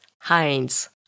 Heinz